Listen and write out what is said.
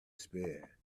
spare